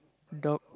dog